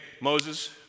moses